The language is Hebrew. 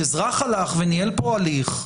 אזרח הלך וניהל פה הליך,